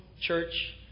church